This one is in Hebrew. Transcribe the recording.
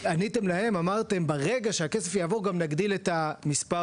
אמרתם ברגע שהכסף יעבור נגדיל את מספר